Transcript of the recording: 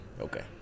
Okay